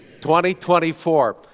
2024